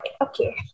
Okay